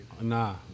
Nah